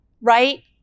right